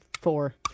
Four